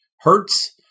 Hurts